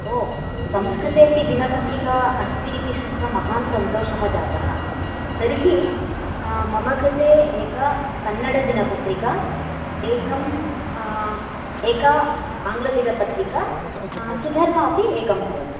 संस्कृतेपि दिनपत्रिका अस्ति इति शृत्वा महान् सन्तोषः जातः तर्हि मम कृते एका कन्नडदिनपत्रिका एकं एका आङ्गलदिनपत्रिका सुधर्मापि एकं भवतु